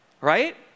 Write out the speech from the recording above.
Right